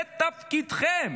זה תפקידכם.